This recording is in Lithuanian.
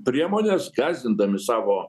priemones gąsdindami savo